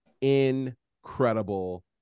incredible